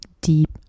deep